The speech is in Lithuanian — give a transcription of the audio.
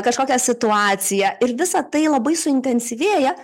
kažkokią situaciją ir visa tai labai suintensyvėja